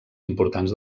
importants